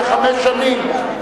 כחמש שנים,